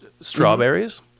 strawberries